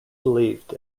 believed